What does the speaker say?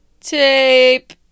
tape